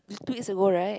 it was two weeks ago right